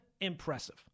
impressive